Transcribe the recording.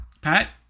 Pat